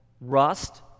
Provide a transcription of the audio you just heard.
rust